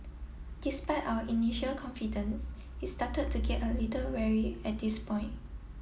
despite our initial confidence he started to get a little wary at this point